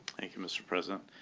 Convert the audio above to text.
thank you, mr. president.